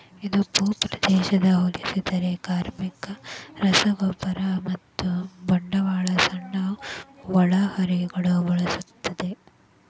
ಇದು ಭೂಪ್ರದೇಶಕ್ಕೆ ಹೋಲಿಸಿದರೆ ಕಾರ್ಮಿಕ, ರಸಗೊಬ್ಬರಗಳು ಮತ್ತು ಬಂಡವಾಳದ ಸಣ್ಣ ಒಳಹರಿವುಗಳನ್ನು ಬಳಸುತ್ತದೆ